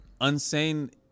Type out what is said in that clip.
Unsane